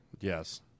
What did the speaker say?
Yes